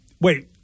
Wait